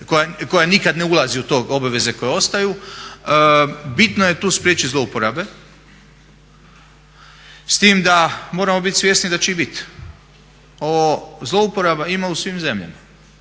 koja nikad ne ulazi u te obaveze koje ostaju. Bitno je tu spriječiti zlouporabe. S tim da moramo biti svjesni da će ih biti. Zlouporaba ima u svim zemljama,